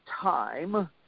time